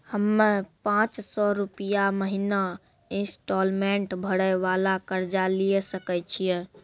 हम्मय पांच सौ रुपिया महीना इंस्टॉलमेंट भरे वाला कर्जा लिये सकय छियै?